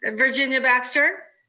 and virginia baxter?